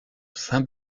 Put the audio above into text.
saint